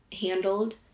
handled